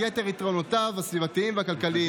אני מזמין את חבר הכנסת אוהד טל להציג את החוק.